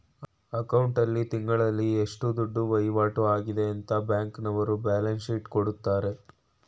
account ಆಲ್ಲಿ ತಿಂಗಳಲ್ಲಿ ಎಷ್ಟು ದುಡ್ಡು ವೈವಾಟು ಆಗದೆ ಅಂತ ಬ್ಯಾಂಕ್ನವರ್ರು ಬ್ಯಾಲನ್ಸ್ ಶೀಟ್ ಕೊಡ್ತಾರೆ